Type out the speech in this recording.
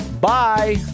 Bye